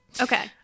Okay